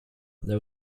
there